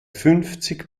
fünfzig